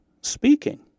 speaking